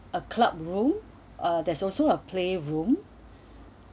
a club room uh there's also a playroom